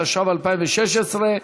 התשע"ו 2016,